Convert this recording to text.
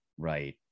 Right